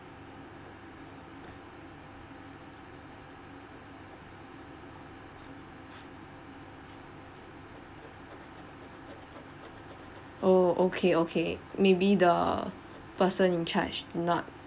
oh okay okay maybe the person in charge not